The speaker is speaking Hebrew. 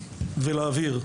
רוצה להבהיר,